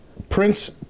Prince